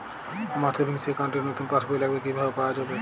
আমার savings account র নতুন পাসবই লাগবে, কিভাবে পাওয়া যাবে?